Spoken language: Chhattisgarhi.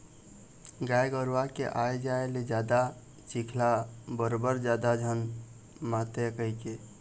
गाय गरूवा के आए जाए ले जादा चिखला बरोबर जादा झन मातय कहिके